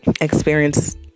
experience